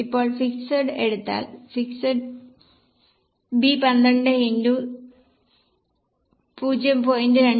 ഇപ്പോൾ ഫിക്സഡ് എടുത്താൽ fixed B 12 x 0